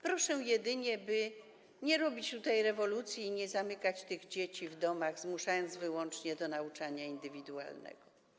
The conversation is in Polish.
Proszę jedynie, by nie robić tutaj rewolucji i nie zamykać tych dzieci w domach, zmuszając wyłącznie do nauczania indywidualnego.